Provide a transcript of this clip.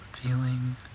Feeling